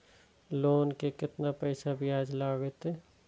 Loan के केतना पैसा ब्याज लागते?